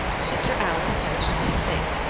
and mr. allan says the same thing.